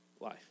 life